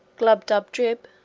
glubbdubdrib,